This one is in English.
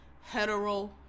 hetero